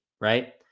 right